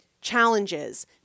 challenges